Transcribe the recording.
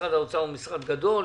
משרד האוצר הוא משרד גדול,